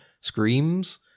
screams